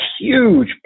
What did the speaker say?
huge